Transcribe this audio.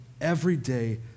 everyday